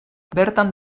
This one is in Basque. bertan